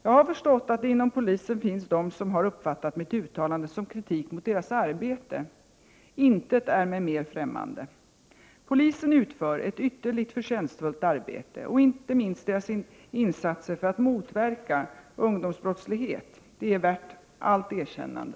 Jag har förstått att det inom polisen finns de som har uppfattat mitt uttalande som kritik mot deras arbete. Intet är mig mer ffrämmande. Polisen utför ett ytterligt förtjänstfullt arbete, och inte minst dess insatser för att motverka ungdomsbrottslighet är värda allt erkännande.